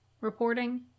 reporting